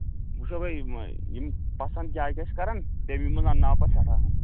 یِم پسنٛد کیٛاہ کیٛاہ چھِ کران تَمی منٛز اَنناوٕ پَتہٕ سٮ۪ٹھاہ ہن